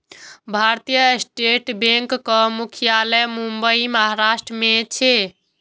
भारतीय स्टेट बैंकक मुख्यालय मुंबई, महाराष्ट्र मे छै